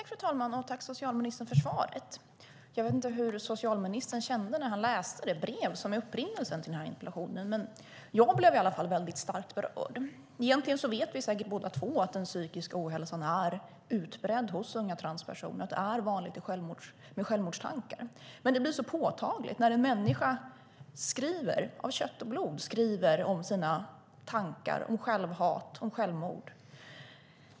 Fru talman! Jag tackar socialministern för svaret. Jag vet inte hur socialministern kände när han läste det brev som var upprinnelsen till min interpellation, men jag blev i alla fall starkt berörd. Egentligen vet vi säkert båda två att psykisk ohälsa är utbredd hos unga transpersoner och att det är vanligt med självmordstankar. Det blir dock mer påtagligt när en människa av kött och blod skriver om sina tankar om självhat och självmord.